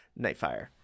Nightfire